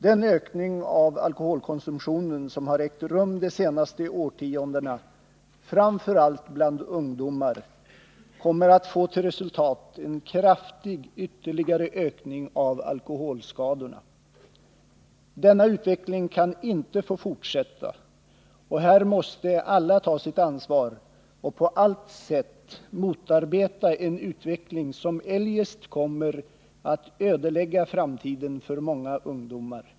Den ökning av alkoholkonsumtionen som har ägt rum de senaste årtiondena, framför allt bland ungdomar, kommer att få till resultat en kraftig ytterligare ökning av alkoholskadorna. Denna utveckling kan inte få fortsätta. Här måste alla ta sitt ansvar och på allt sätt motarbeta en utveckling som eljest kommer att ödelägga framtiden för många ungdomar.